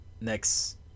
next